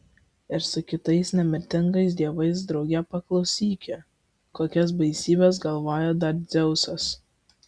ir su kitais nemirtingais dievais drauge paklausyki kokias baisybes galvoja dar dzeusas